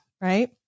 right